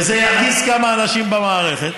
וזה ירגיז כמה אנשים במערכת,